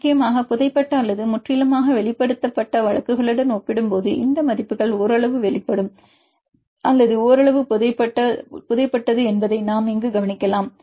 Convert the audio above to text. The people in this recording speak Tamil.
முக்கியமாக புதைப்பட்ட அல்லது முற்றிலுமாக வெளிப்படுத்த பட்ட வழக்குகளுடன் ஒப்பிடும்போது இந்த மதிப்புகள் ஓரளவு வெளிப்படும் வழக்கு அல்லது ஓரளவு புதைபட்ட வழக்கு என்பதை நாம் இங்கு கவனித்தால்